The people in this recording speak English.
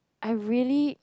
I really